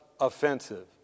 offensive